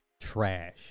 Trash